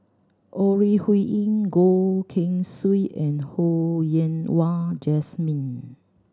Ore Huiying Goh Keng Swee and Ho Yen Wah Jesmine